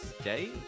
stay